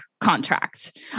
contract